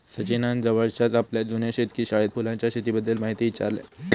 सचिनान जवळच्याच आपल्या जुन्या शेतकी शाळेत फुलांच्या शेतीबद्दल म्हायती ईचारल्यान